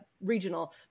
regional